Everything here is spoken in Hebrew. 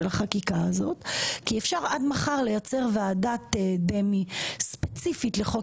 של החקיקה הזאת כי אפשר עד מחר לייצר ועדת דמי ספציפית לחוק